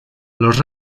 los